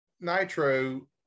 Nitro